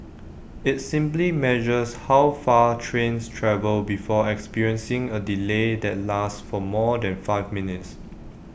IT simply measures how far trains travel before experiencing A delay that lasts for more than five minutes